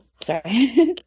Sorry